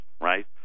right